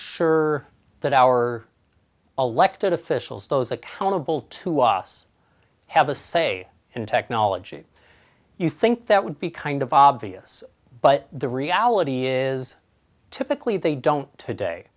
sure that our elected officials those accountable to us have a say in technology you think that would be kind of obvious but the reality is typically they don't to day